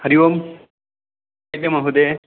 हरि ओं वैद्य महोदयः